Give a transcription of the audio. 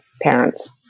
parents